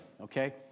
okay